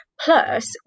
Plus